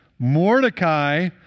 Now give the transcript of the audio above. Mordecai